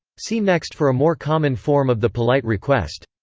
see next for a more common form of the polite request.